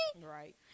Right